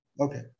Okay